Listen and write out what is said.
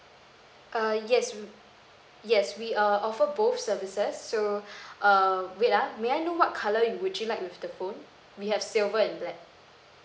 err yes w~ yes we err offer both services so err wait ah may I know what colour yo~ would you like with the phone we have silver and black